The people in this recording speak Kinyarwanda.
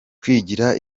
kwigira